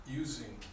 using